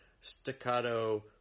staccato